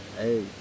Hey